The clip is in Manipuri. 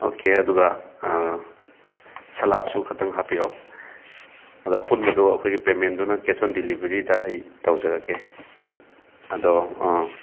ꯑꯣꯀꯦ ꯑꯗꯨꯒ ꯁꯂꯥꯗꯁꯨ ꯈꯇꯪ ꯍꯥꯞꯄꯤꯔꯛꯑꯣ ꯑꯗ ꯑꯄꯨꯟꯕꯗꯣ ꯑꯩꯈꯣꯏꯒꯤ ꯄꯦꯃꯦꯟꯗꯨꯅ ꯀꯦꯁ ꯑꯣꯟ ꯗꯤꯂꯤꯕꯤꯔꯤꯗ ꯑꯩ ꯇꯧꯖꯔꯒꯦ ꯑꯗꯣ ꯑꯥ